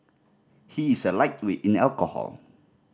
he is a lightweight in alcohol